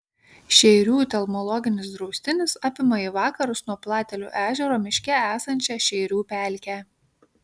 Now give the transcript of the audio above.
šeirių telmologinis draustinis apima į vakarus nuo platelių ežero miške esančią šeirių pelkę